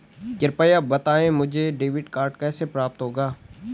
कृपया बताएँ मुझे डेबिट कार्ड कैसे प्राप्त होगा?